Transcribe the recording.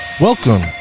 Welcome